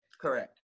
Correct